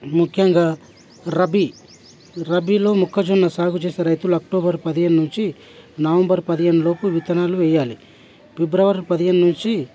ముఖ్యంగా రబీ రబీలో మొక్కజొన్న సాగు చేసే రైతుల అక్టోబర్ పదిహేడు నుంచి నవంబర్ పదిహేను లోపు విత్తనాలు వేయాలి ఫిబ్రవరి పదిహేను నుంచి